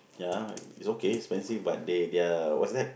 ya it's okay expensive but they their whats that